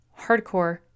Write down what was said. hardcore